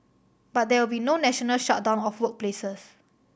but there will be no national shutdown of workplaces